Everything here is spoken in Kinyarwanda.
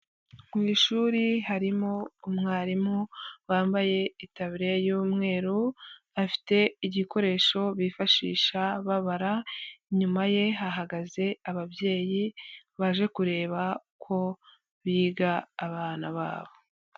Mu ishuri harimo umwarimu wambaye itaburiya y'umweru afite igikoresho bifashisha babara, inyuma ye hahagaze ababyeyi baje kureba uko biga abana babo.